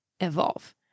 evolve